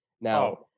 Now